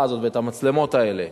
האבטחה הזאת והמצלמות האלה,